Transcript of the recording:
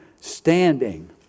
standing